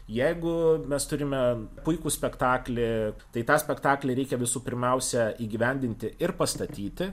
jeigu mes turime puikų spektaklį tai tą spektaklį reikia visų pirmiausia įgyvendinti ir pastatyti